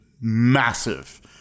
massive